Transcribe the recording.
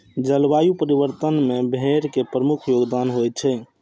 जलवायु परिवर्तन मे भेड़ के प्रमुख योगदान होइ छै